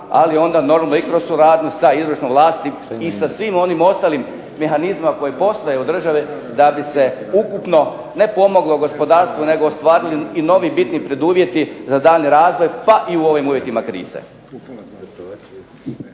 ali onda naravno da i kroz suradnju sa izvršnom vlasti i sa svim onim ostalim mehanizmima koji postoji u državi da bi se ukupno ne pomoglo gospodarstvu nego ostvarili novi bitni preduvjeti za daljnji razvoj pa i u ovim uvjetima krize.